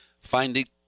finding